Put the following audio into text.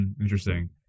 Interesting